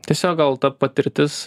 tiesiog gal ta patirtis